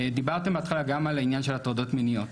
דיברתם בהתחלה גם על עניין של הטרדות מיניות,